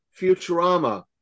Futurama